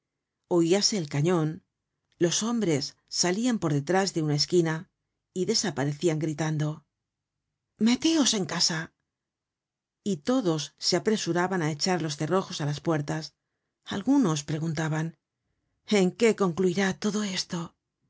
saint merry oiase el cañon los hombres salian por detrás de una esquina y desaparecian gritando meteos en casa y todos se apresuraban aecharlos cerrojosá las puertas algunos preguntaban t en qué concluirá esto